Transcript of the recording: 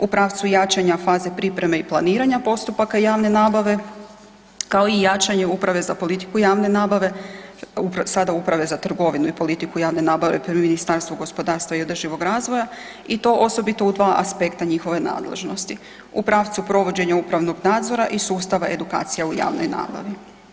U pravcu jačanja faze pripreme i planiranja postupaka javne nabave kao i jačanje uprave za politiku javne nabave, sada uprave za trgovinu i politike javne nabave pri Ministarstvu gospodarstva i održivog razvoja i to osobito u dva aspekta njihove nadležnosti u pravcu provođenja upravnog nadzora i sustava edukacija u javnoj nabavi.